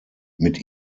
mit